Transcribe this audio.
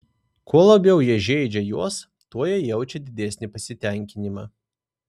kuo labiau jie žeidžia juos tuo jie jaučia didesnį pasitenkinimą